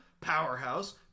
Powerhouse